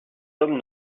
hommes